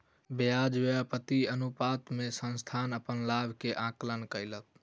ब्याज व्याप्ति अनुपात से संस्थान अपन लाभ के आंकलन कयलक